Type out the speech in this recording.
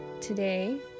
today